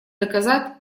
доказать